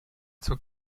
zur